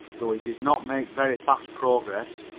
though he did not make very fast progress.